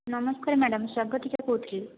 ନମସ୍କାର ମ୍ୟାଡ଼ାମ ସ୍ୱାଗତିକା କହୁଥିଲି